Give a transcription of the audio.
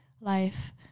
life